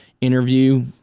interview